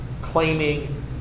claiming